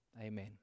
Amen